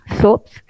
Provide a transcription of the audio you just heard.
soaps